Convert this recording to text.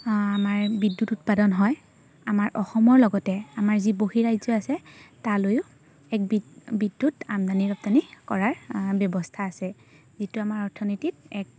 আমাৰ বিদ্যুৎ উৎপাদন হয় আমাৰ অসমৰ লগতে আমাৰ যি বৰ্হি ৰাজ্য আছে তালৈও এক বিদ্যুৎ আমদানি ৰপ্তানি কৰাৰ ব্যৱস্থা আছে যিটো আমাৰ অৰ্থনীতিত এক